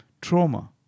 Trauma